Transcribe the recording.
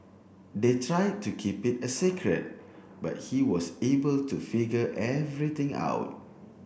they try to keep it a secret but he was able to figure everything out